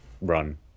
run